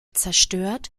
zerstört